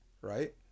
right